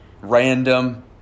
random